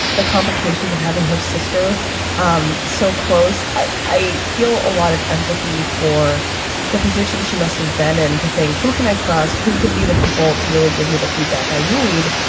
the complications of having her sister um so close, i i feel a lot of empathy for the position she must have been in to think, who can i trust, who can be the people to really give me the feedback i need?